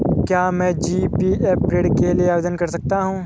क्या मैं जी.पी.एफ ऋण के लिए आवेदन कर सकता हूँ?